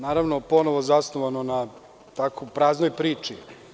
Naravno, ponovo zasnovano na tako praznoj priči.